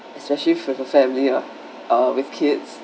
especially for the family uh with kids